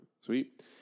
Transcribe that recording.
Sweet